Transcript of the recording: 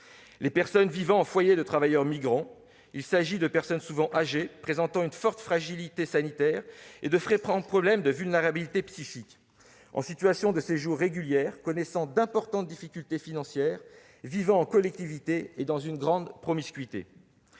les personnes vivant en foyer de travailleurs migrants. Il s'agit de personnes souvent âgées, présentant une forte fragilité sanitaire et de fréquents problèmes de vulnérabilité psychique. En situation de séjour régulier, elles connaissent pourtant d'importantes difficultés financières, vivent en collectivité et dans une grande promiscuité.